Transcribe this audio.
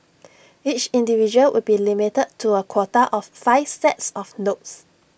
each individual will be limited to A quota of five sets of notes